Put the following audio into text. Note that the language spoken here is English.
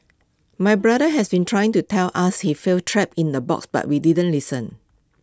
my brother has been trying to tell us he feels trapped in A box but we didn't listen